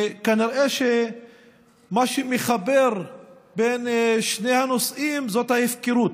כנראה שמה שמחבר בין שני הנושאים זאת ההפקרות,